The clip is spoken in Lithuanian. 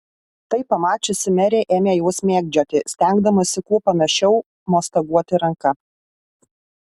tai pamačiusi merė ėmė juos mėgdžioti stengdamasi kuo panašiau mostaguoti ranka